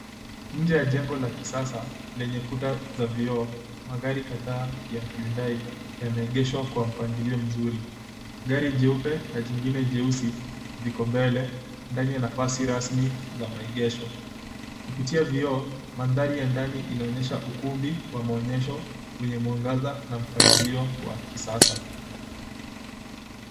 Nje ya jengo la kisasa lenye kuta za vioo, magari kadhaa ya Hyundai yameegeshwa kwa mpangilio mzuri. Gari jeupe na jingine jeusi viko mbele ndani ya nafasi rasmi za maegesho. Kupitia vioo, mandhari ya ndani inaonyesha ukumbi wa maonyesho wenye mwangaza na mpangilio wa kisasa.